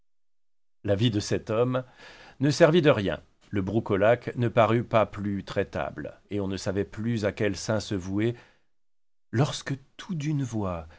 turcs l'avis de cet habile homme ne servit de rien le broucolaque ne parut pas plus traitable et on ne savait plus à quel saint se vouer lorsque tout d'une voix